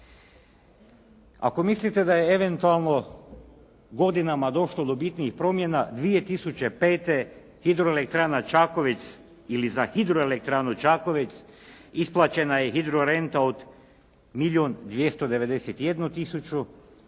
Ako mislite da je eventualno godinama došlo do bitnijih promjena 2005. hidroelektrana Čakovec ili za hidroelektranu Čakovec isplaćena je hidrorenta od milijun